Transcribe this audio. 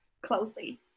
closely